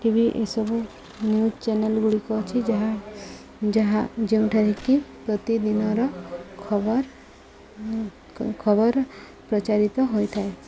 ଟି V ଏସବୁ news channel ଗୁଡ଼ିକ ଅଛି ଯାହା ଯାହା ଯେଉଁଠାରେ କିି ପ୍ରତିଦିନର ଖବର ଖବର ପ୍ରଚାରିତ ହୋଇଥାଏ